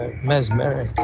mesmeric